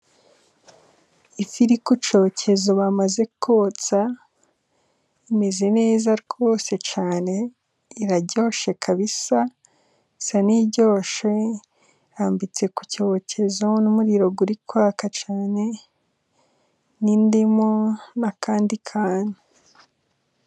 Ifi iri ku cyokezo bamaze kotsa, imeze neza rwose cyane iraryoshye kabisa, isa niryoshye, irambitse ku cyokezo n'umuriro uri kwaka cyane, n'indimu n'akandi kantu.